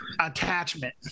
attachment